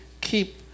keep